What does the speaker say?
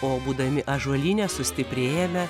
o būdami ąžuolyne sustiprėjame